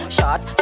Shot